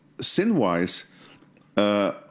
sin-wise